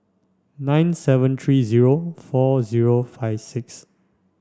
nine seven three zero four zero five six